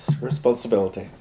responsibility